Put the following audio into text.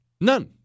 None